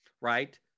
right